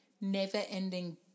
never-ending